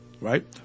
right